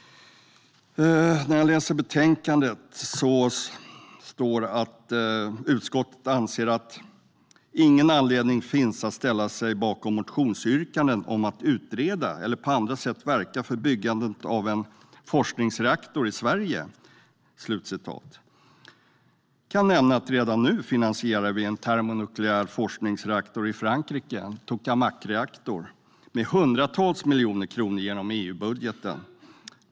I betänkandet står det att utskottet ser "ingen anledning att ställa sig bakom motionsyrkanden om att utreda eller på andra sätt verka för byggandet av en forskningsreaktor i Sverige". Jag kan nämna att vi redan nu finansierar en termonukleär forskningsreaktor i Frankrike, en tokamakreaktor, med hundratals miljoner kronor genom EU-budgeten.